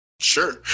Sure